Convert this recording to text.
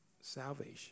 salvation